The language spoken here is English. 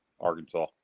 Arkansas